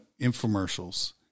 infomercials